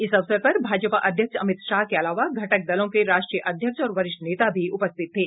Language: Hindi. इस अवसर पर भाजपा अध्यक्ष अमित शाह के अलावा घटक दलों के राष्ट्रीय अध्यक्ष और वरिष्ठ नेता भी उपस्थित थे